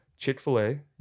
Chick-fil-A